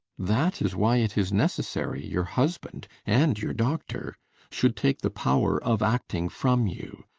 that is why it is necessary your husband and your doctor should take the power of acting from you,